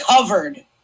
covered